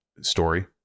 story